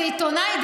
איזה עיתונאי,